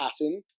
pattern